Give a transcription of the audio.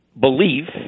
belief